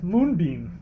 Moonbeam